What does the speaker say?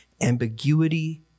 ambiguity